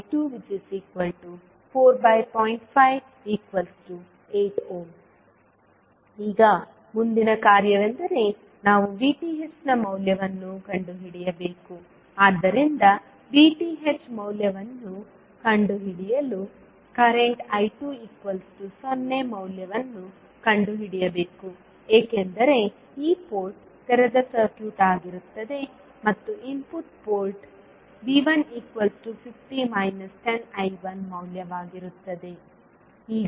5 8 ಈಗ ಮುಂದಿನ ಕಾರ್ಯವೆಂದರೆ ನಾವು VTh ನ ಮೌಲ್ಯವನ್ನು ಕಂಡುಹಿಡಿಯಬೇಕು ಆದ್ದರಿಂದ VTh ಮೌಲ್ಯವನ್ನು ಕಂಡುಹಿಡಿಯಲು ಕರೆಂಟ್ I20 ಮೌಲ್ಯವನ್ನು ಕಂಡುಹಿಡಿಯಬೇಕು ಏಕೆಂದರೆ ಈ ಪೋರ್ಟ್ ತೆರೆದ ಸರ್ಕ್ಯೂಟ್ ಆಗಿರುತ್ತದೆ ಮತ್ತು ಇನ್ಪುಟ್ ಪೋರ್ಟ್ V150 10I1 ಮೌಲ್ಯವಾಗಿರುತ್ತದೆ